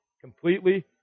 completely